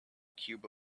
cube